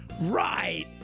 right